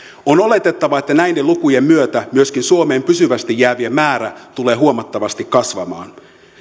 on oletettavaa että näiden lukujen myötä myöskin suomeen pysyvästi jäävien määrä tulee huomattavasti kasvamaan